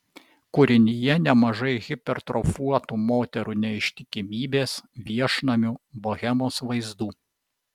kūrinyje nemažai hipertrofuotų moterų neištikimybės viešnamių bohemos vaizdų